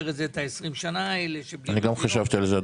את 20 השנה האלה -- אני גם חשבתי על זה,